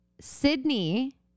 Sydney